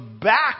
back